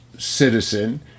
citizen